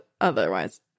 otherwise